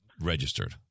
registered